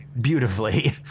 beautifully